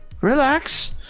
Relax